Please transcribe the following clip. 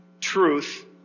truth